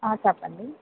చెప్పండి